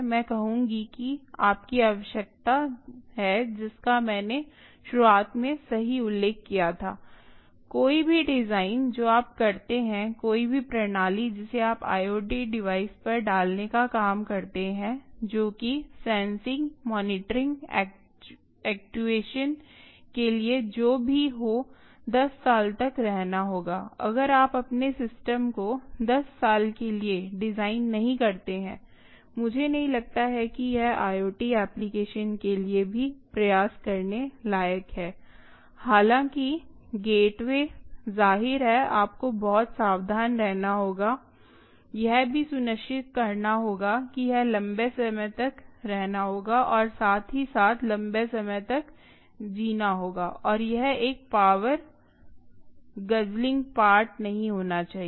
मैं कहूँगी कि आपकी आवश्यकता जिसका मैंने शुरुआत में सही उल्लेख किया था कोई भी डिज़ाइन जो आप करते हैं कोई भी प्रणाली जिसे आप IoT डिवाइस पर डालने का काम करते हैं जो कि sensing monitoring actuation sensing monitoring actuation के लिए जो भी हो 10 साल तक रहना होगा अगर आप अपने सिस्टम को 10 साल के लिए डिज़ाइन नहीं करते हैं मुझे नहीं लगता कि यह IoT एप्लिकेशन के लिए भी प्रयास करने लायक है हालाँकि गेटवे गेटवे जाहिर है आपको बहुत सावधान रहना होगा यह भी सुनिश्चित करना होगा कि यह लंबे समय तक रहना होगा और साथ ही साथ लंबे समय तक जीना होगा और यह एक पावर गुज़जलिंग पार्ट नहीं होना चाहिए